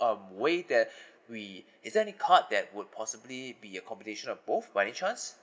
um way that we is there any card that would possibly be accommodation of both by any chance